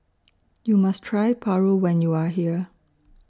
YOU must Try Paru when YOU Are here